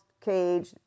cage